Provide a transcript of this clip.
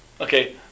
Okay